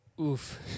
Oof